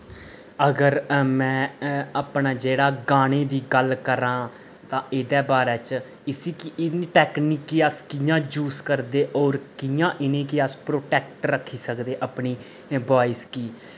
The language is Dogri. अगर मैं अपना जेह्ड़ा गाने दी गल्ल करां तां एह्दे बारे च इसी कि इन टैकनीक कि अस कि'यां जूस करदे होर कि'यां इनेंगी अस प्रोटेक्ट रक्खी सकदे अपनी वौइस गी